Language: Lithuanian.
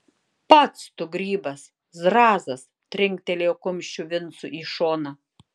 pats tu grybas zrazas trinktelėjo kumščiu vincui į šoną